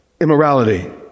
Immorality